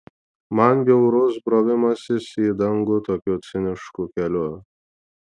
man bjaurus brovimasis į dangų tokiu cinišku keliu